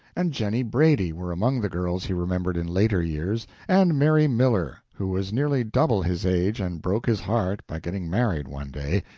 and jennie brady were among the girls he remembered in later years, and mary miller, who was nearly double his age and broke his heart by getting married one day,